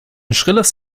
schrilles